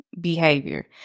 behavior